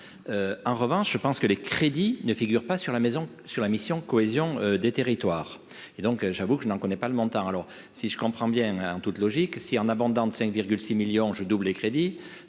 en revanche, je pense que les crédits ne figurent pas sur la maison sur la mission cohésion des territoires et donc j'avoue que je ne connais pas le montant alors si je comprends bien, en toute logique, si en abondance de 5 6 millions je les crédits,